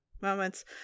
moments